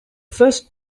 first